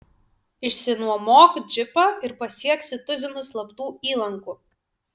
išsinuomok džipą ir pasieksi tuzinus slaptų įlankų